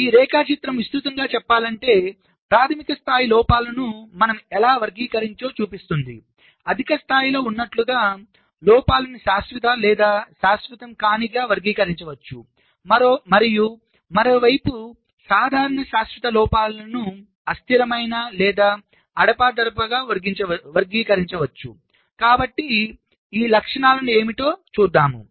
ఈ రేఖాచిత్రం విస్తృతంగా చెప్పాలంటే ప్రాథమిక స్థాయి లోపాలను మనం ఎలా వర్గీకరించవచ్చో చూపిస్తుంది అత్యధిక స్థాయిలో ఉన్నట్లుగా లోపాలను శాశ్వత లేదా శాశ్వతం కానిగా వర్గీకరించవచ్చు మరియు మరోవైపు సాధారణ శాశ్వత లోపాలను అస్థిరమైన లేదా అడపాదడపా వర్గీకరించవచ్చు కాబట్టి ఈ లక్షణాలు ఏమిటో చూద్దాం